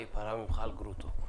אני אפרע ממך בגין גרוטו.